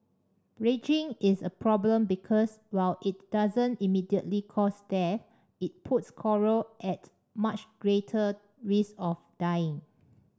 bleaching is a problem because while it doesn't immediately cause death it puts coral at much greater risk of dying